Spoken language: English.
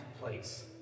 place